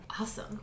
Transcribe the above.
Awesome